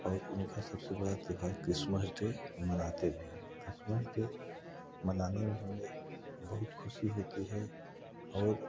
और उनका सबसे बड़ा त्योहार क्रिसमस डे मनाते भी हैं क्रिसमस डे मनाने में हमें बहुत ख़ुशी होती है और